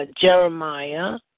Jeremiah